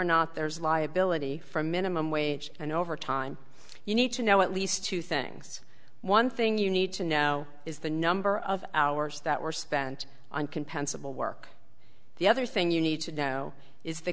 not there's liability from minimum wage and over time you need to know at least two things one thing you need to know is the number of hours that were spent on compensable work the other thing you need to know is the